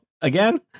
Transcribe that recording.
Again